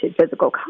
physical